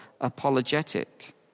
apologetic